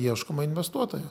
ieškoma investuotojo